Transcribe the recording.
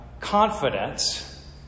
confidence